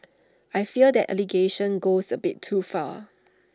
I fear that allegation goes A bit too far